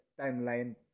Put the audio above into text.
timeline